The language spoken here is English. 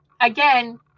Again